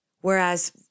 Whereas